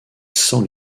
sans